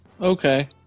Okay